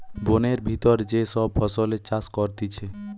বোনের ভিতর যে সব ফসলের চাষ করতিছে